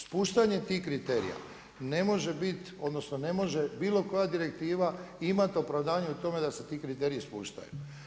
Spuštanje tih kriterija ne može bit, odnosno ne može, bilo koja direktiva imat opravdanje u tome da se ti kriteriji spuštaju.